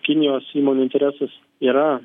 kinijos įmonių interesas yra